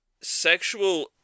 sexual